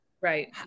right